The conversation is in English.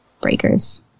Breakers